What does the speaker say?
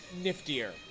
niftier